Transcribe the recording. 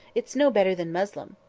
it's no better than muslin.